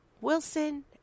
Wilson